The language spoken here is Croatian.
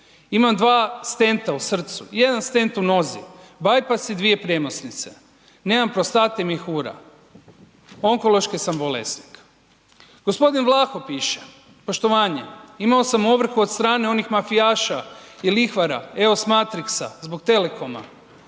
Imam dva stenta u srcu, jedan stent u nozi, bajpas i dvije premosnice, nemam prostate i mjehura, onkološki sam bolesnik. g. Vlaho piše, poštovanje, imao sam ovrhu od strane onih mafijaša i lihvara eos matrixa zbog telekoma,